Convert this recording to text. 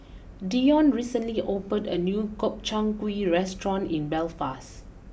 Deion recently opened a new Gobchang Gui restaurant in Belfast